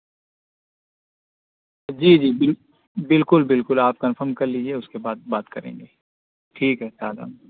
جی جی بالکل بالکل آپ کنفرم کر لیجیے اس کے بعد بات کریں گے ٹھیک ہے صاد احمد